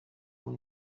uwo